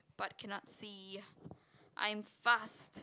but cannot see I am fast